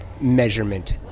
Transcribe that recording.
measurement